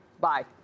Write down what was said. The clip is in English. Bye